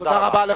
תודה רבה.